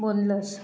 boneless